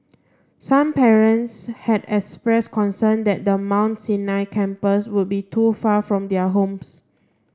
some parents had express concern that the Mount Sinai campus would be too far from their homes